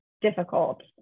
difficult